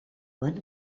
van